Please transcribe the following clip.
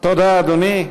תודה, אדוני.